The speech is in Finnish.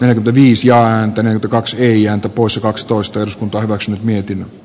äiti ja viisi ja antaneen kaksi ja poissa kaksitoista eduskunta hyväksyi mietin